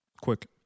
Quick